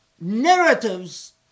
narratives